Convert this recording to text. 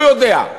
הוא יודע,